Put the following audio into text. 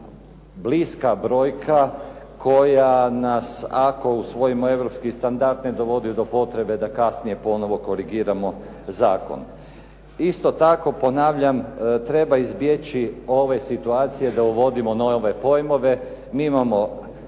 bliska brojka koja nas ako usvojimo europski standard ne dovodi do potrebe da kasnije ponovo korigiramo zakon. Isto tako ponavljam treba izbjeći ove situacije da uvodimo nove pojmove. Mi imamo